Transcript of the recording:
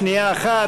שנייה אחת,